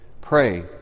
pray